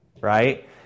right